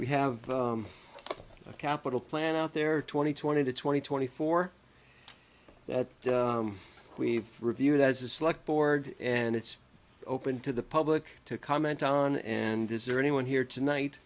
we have a capital plan out there twenty twenty to twenty twenty four that we reviewed as a slug board and it's open to the public to comment on and is there anyone here tonight